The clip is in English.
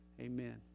Amen